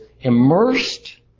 immersed